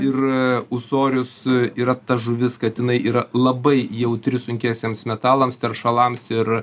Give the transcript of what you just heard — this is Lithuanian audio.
ir ūsorius yra ta žuvis kad jinai yra labai jautri sunkiesiems metalams teršalams ir